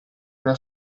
una